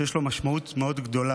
שיש לו משמעות מאוד גדולה.